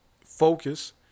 focus